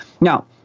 Now